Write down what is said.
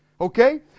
Okay